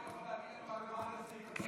אומר סעיף 53?